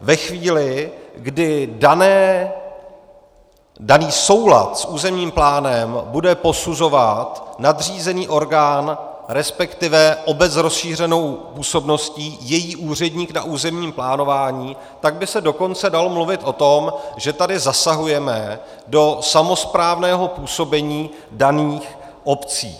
Ve chvíli, kdy daný soulad s územním plánem bude posuzovat nadřízený orgán, resp. obec s rozšířenou působností, její úředník na územním plánování, tak by se dokonce dalo mluvit o tom, že tady zasahujeme do samosprávného působení daných obcí.